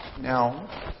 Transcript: Now